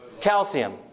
Calcium